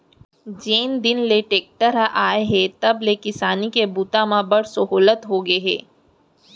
जेन दिन ले टेक्टर हर आए हे तब ले किसानी बूता म बड़ सहोल्लत होगे हे